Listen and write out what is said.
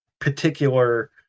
particular